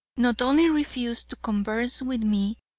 not only refused to converse with me,